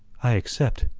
i accept,